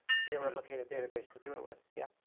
generally looking at a database to do it with. yeah.